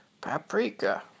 Paprika